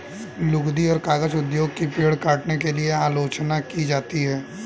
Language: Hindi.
लुगदी और कागज उद्योग की पेड़ काटने के लिए आलोचना की जाती है